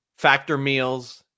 FactorMeals